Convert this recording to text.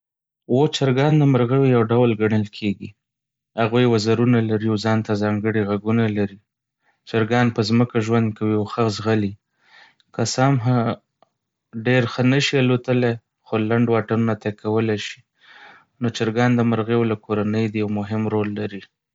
هو، چرګان د مرغیو یو ډول ګڼل کېږي. هغوی وزرونه لري او ځانته ځانګړي غږونه لري. چرګان په ځمکه ژوند کوي او ښه ځغلي. که څه هم ډیر ښه نه شي الوتلای، خو لنډ واټنونه طی کولی شي. نو چرګان د مرغیو له کورنۍ دي او مهم رول لري.